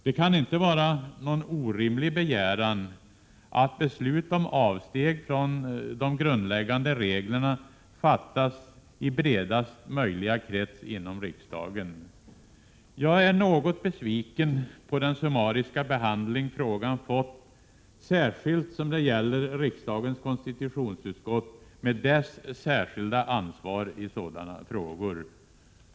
Det kan inte vara någon orimlig begäran att beslut om avsteg från de grundläggande reglerna fattas i bredaste möjliga krets inom riksdagen. Jag är något besviken på den summariska behandling frågan fått, särskilt som det gäller riksdagens konstitutionsutskott med dess särskilda ansvar i sådana frågor.